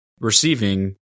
receiving